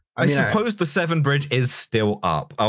i suppose the severn bridge is still up, ah